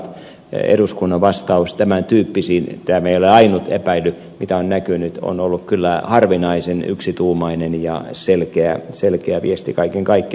eduskunnan vastaus tämän tyyppisiin tämä ei ole ainut epäily mitä on näkynyt on ollut kyllä harvinaisen yksituumainen ja selkeä viesti kaiken kaikkinensa